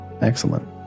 Excellent